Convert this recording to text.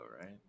right